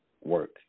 work